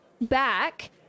back